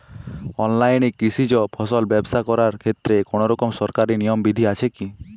অনলাইনে কৃষিজ ফসল ব্যবসা করার ক্ষেত্রে কোনরকম সরকারি নিয়ম বিধি আছে কি?